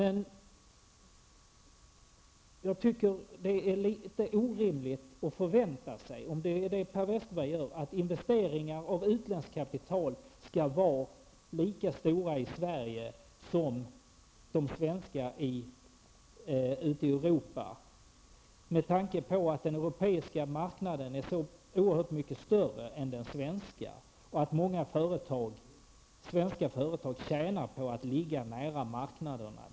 Jag tycker att det är litet orimligt att förvänta sig, om det är det Per Westerberg gör, att investeringar i Sverige finansierade med utländskt kapital skall vara lika stora som svenska investeringar ute i Europa. Den europeiska marknaden är så oerhört mycket större än den svenska, och många svenska företag tjänar på att ligga nära marknaderna.